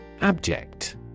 Abject